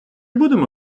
будемо